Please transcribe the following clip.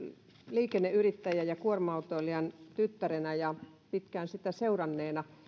liikenneyrittäjän ja kuorma autoilijan tyttärenä ja pitkään sitä seuranneena